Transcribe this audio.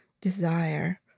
desire